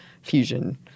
fusion